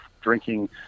drinking